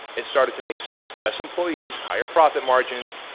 it started to make sense. less employees, higher profit margins.